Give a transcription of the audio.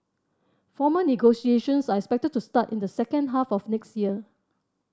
formal negotiations are expected to start in the second half of next year